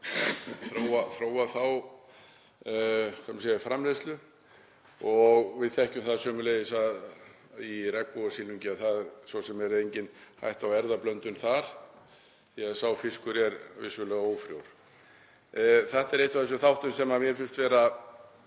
þróa þá framleiðslu. Við þekkjum það sömuleiðis að í regnbogasilungi er svo sem engin hætta á erfðablöndun þar því að sá fiskur er vissulega ófrjór. Þetta er einn af þessum þáttum sem mér finnst vera